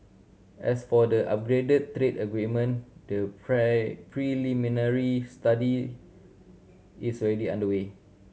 as for the upgraded trade agreement the preliminary study is already underway